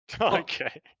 okay